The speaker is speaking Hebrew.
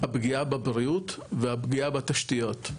הפגיעה בבריאות והפגיעה בתשתיות.